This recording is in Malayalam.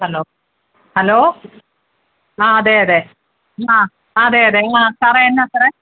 ഹലോ ഹലോ ആ അതേ അതെ ആ അതെ അതെ ആ സാറെ എന്നാ സാറെ